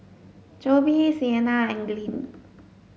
Jobe Sienna and Glynn